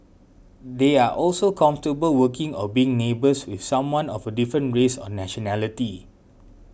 they are also comfortable working or being neighbours with someone of a different race or nationality